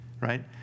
right